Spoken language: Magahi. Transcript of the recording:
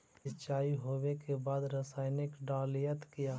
सीचाई हो बे के बाद रसायनिक डालयत किया?